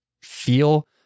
feel